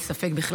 אין ספק בכלל.